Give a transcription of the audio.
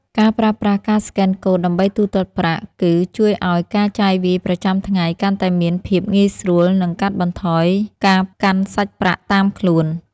ការប្រើប្រាស់ការស្កេនកូដដើម្បីទូទាត់ប្រាក់ គឺ ជួយឱ្យការចាយវាយប្រចាំថ្ងៃកាន់តែមានភាពងាយស្រួល និង កាត់បន្ថយការកាន់សាច់ប្រាក់តាមខ្លួន។